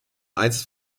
einsatz